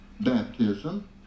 baptism